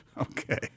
Okay